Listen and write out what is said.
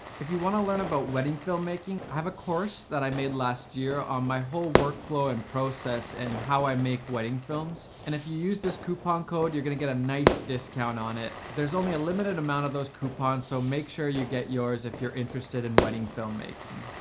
if you wanna learn about wedding filmmaking, i have a course that i made last year on my whole workflow and process and how i make wedding films. and if you use this coupon code, you're gonna get a nice discount on it. there's only a limited amount of those coupons, so make sure you get yours if you're interested in wedding filmmaking.